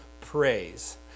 praise